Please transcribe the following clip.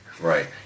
Right